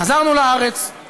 חזרנו לארץ,